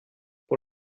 pour